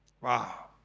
Wow